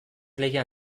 lehian